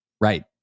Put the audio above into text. right